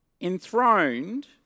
enthroned